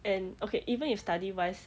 and okay even if study wise